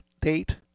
date